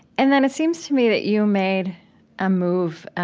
and then it seems to me that you made a move,